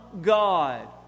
God